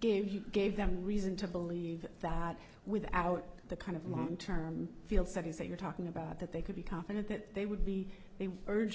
good he gave them reason to believe that without the kind of long term field studies that you're talking about that they could be confident that they would be they urge